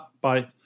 Bye